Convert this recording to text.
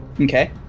Okay